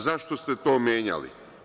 Zašto ste to menjali?